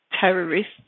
terrorists